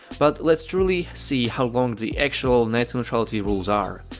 but let's truly see how long the actual net neutrality rules are.